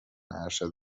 ارشد